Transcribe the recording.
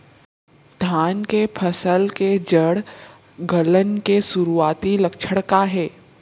धान के फसल के जड़ गलन के शुरुआती लक्षण का हे?